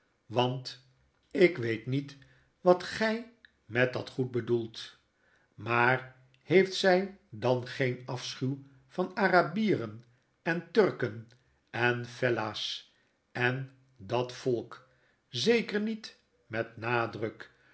want ik weet niet wat gij met dat goed bedoelt maar heeft zy dan geen afschuw van arabieren en turken en fellahs en dat volk zeker niet met nadruk